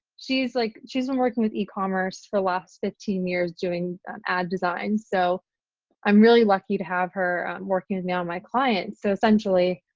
she's like she's been working with ecommerce for the last fifteen years doing ad designs, so i'm really lucky to have her working with me on my clients. so essentially,